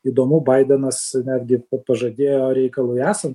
įdomu baidenas netgi pažadėjo reikalui esant